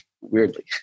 weirdly